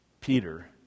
Peter